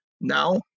Now